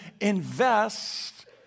invest